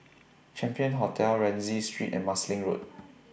Champion Hotel Rienzi Street and Marsiling Road